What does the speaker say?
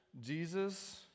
Jesus